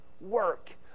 work